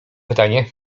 pytanie